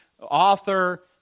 author